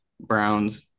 Browns